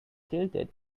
tilted